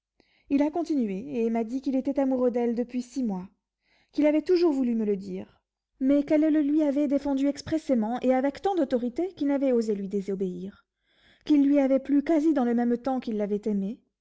il a continué et m'a dit qu'il était amoureux d'elle depuis six mois qu'il avait toujours voulu me le dire mais qu'elle le lui avait défendu expressément et avec tant d'autorité qu'il n'avait osé lui désobéir qu'il lui avait plu quasi dans le même temps qu'il l'avait aimée